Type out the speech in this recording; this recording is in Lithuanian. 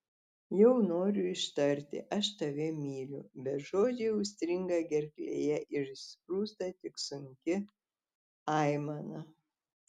jau noriu ištarti aš tave myliu bet žodžiai užstringa gerklėje ir išsprūsta tik sunki aimana